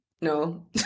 No